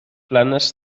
planes